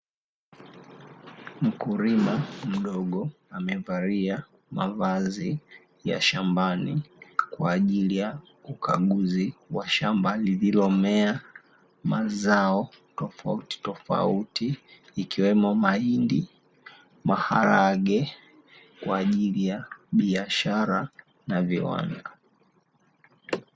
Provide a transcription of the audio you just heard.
Kifungashio Chenye rangi nyeupe na bluu, na picha ha wanyama kama ng’ombe na maanshidhi yanayosomeka "nemoma" ni mfano Wa Sawa zinazo patikana katika maduka ya pembejeo za kilimo na maduka ya dawa. Hutumika kama kinga kuimarisha afya ya wanyama